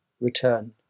return